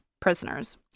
prisoners